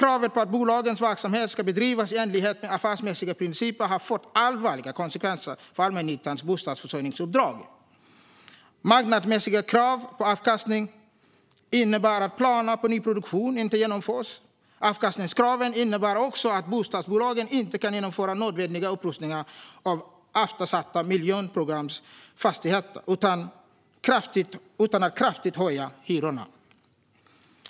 Kravet på att bolagens verksamhet ska bedrivas i enlighet med affärsmässiga principer har fått allvarliga konsekvenser för allmännyttans bostadsförsörjningsuppdrag. Marknadsmässiga krav på avkastning innebär att planer på nyproduktion inte genomförs. Avkastningskraven innebär också att bostadsbolagen inte kan genomföra nödvändiga upprustningar av eftersatta miljonprogramsfastigheter utan att kraftigt höja hyrorna.